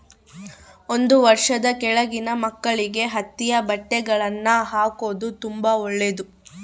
ಒಂದು ವರ್ಷದ ಕೆಳಗಿನ ಮಕ್ಕಳಿಗೆ ಹತ್ತಿಯ ಬಟ್ಟೆಗಳ್ನ ಹಾಕೊದು ತುಂಬಾ ಒಳ್ಳೆದು